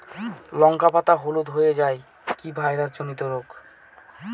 লঙ্কা পাতা হলুদ হয়ে যাওয়া কি ভাইরাস জনিত রোগ?